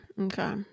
Okay